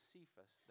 Cephas